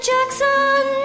Jackson